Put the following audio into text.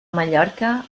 mallorca